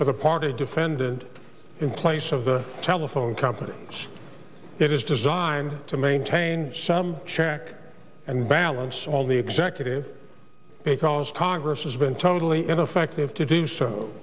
for the part of defendant in place of the telephone company that is designed to maintain some check and balance all the executive because congress has been totally ineffective to do so